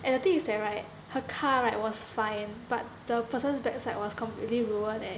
and the thing is that right her car right was fine but the person's backside was completely ruin eh